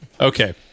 okay